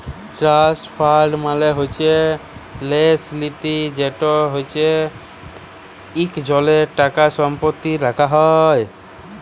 trust fund মালে হছে ল্যাস লিতি যেট হছে ইকজলের টাকা সম্পত্তি রাখা হ্যয়